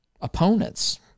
opponents